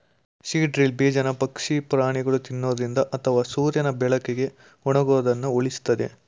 seed drill ಬೀಜನ ಪಕ್ಷಿ ಪ್ರಾಣಿಗಳು ತಿನ್ನೊದ್ರಿಂದ ಅಥವಾ ಸೂರ್ಯನ ಬೆಳಕಿಗೆ ಒಣಗೋದನ್ನ ಉಳಿಸ್ತದೆ